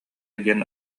диэн